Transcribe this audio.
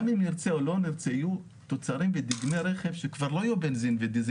גם אם נרצה או לא נרצה יהיו תוצרים וכלי רכב שכבר לא יהיו בנזין ודיזל,